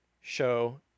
show